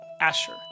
Asher